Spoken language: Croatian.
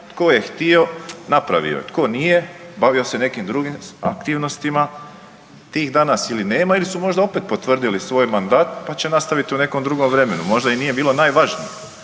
tko je htio napravio je, tko nije bavio se nekim drugim aktivnostima. Tih danas nema ili su možda opet potvrdili svoj mandat pa će nastaviti u nekom drugom vremenu. Možda i nije bilo najvažnije,